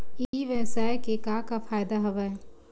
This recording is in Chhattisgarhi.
ई व्यवसाय के का का फ़ायदा हवय?